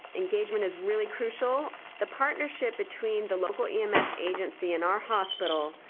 engagement is really crucial. the partnership between the local ems agency and our hospital